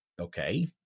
okay